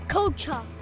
culture